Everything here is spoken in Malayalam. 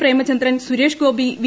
പ്രേമചന്ദ്രൻ സുരേഷ് ഗോപി വി